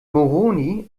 moroni